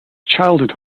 childhood